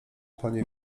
panie